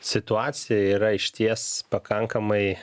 situacija yra išties pakankamai